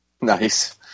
Nice